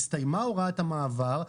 הסתיימה הוראת המעבר.